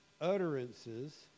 utterances